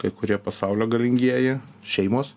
kai kurie pasaulio galingieji šeimos